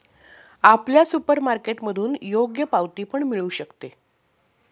आपल्याला सुपरमार्केटमधून योग्य पावती पण मिळू शकते